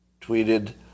tweeted